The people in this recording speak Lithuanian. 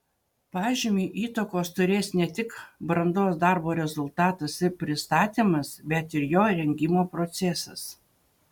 pažymiui įtakos turės ne tik brandos darbo rezultatas ir pristatymas bet ir jo rengimo procesas